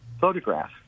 photograph